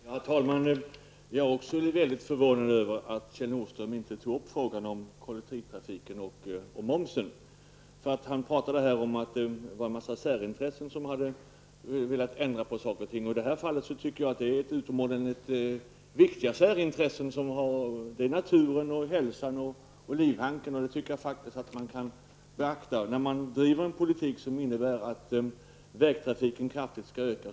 Herr talman! Jag är också mycket förvånad över att Kjell Nordström inte tog upp frågan om momsen på kollektivtrafik. Han talade om att en massa särintressen hade velat ändra på saker och ting. I företrädare det här fallet anser jag att det är fråga om utomordentligt viktiga särintressen, nämligen naturen, hälsan och livhanken. Jag tycker faktiskt att man kan beakta detta när man driver en politik som innebär att vägtrafiken skall öka kraftigt.